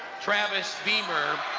travis beamer,